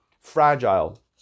fragile